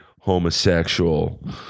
homosexual